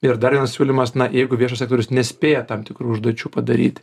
ir dar vienas siūlymas na jeigu viešas sektorius nespėja tam tikrų užduočių padaryti